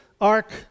ark